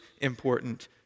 important